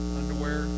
underwear